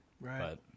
right